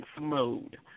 mode